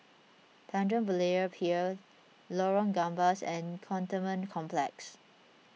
Tanjong Berlayer Pier Lorong Gambas and Cantonment Complex